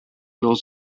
laws